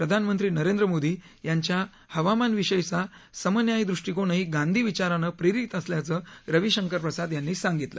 प्रधानमंत्री नरेंद्र मोदी यांचा हवामानविषयीचा समन्यायी दृष्टीकोनही गांधी विचारानं प्रेरीत असल्याचं रविशंकर प्रसाद यांनी सांगितलं